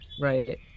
Right